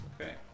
Okay